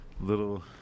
little